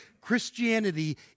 Christianity